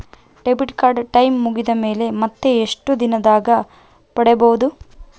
Debit card time ಮುಗಿದ ಮೇಲೆ ಮತ್ತೆ ಎಷ್ಟು ದಿನದಾಗ ಪಡೇಬೋದು?